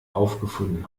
aufgefunden